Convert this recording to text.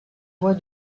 voie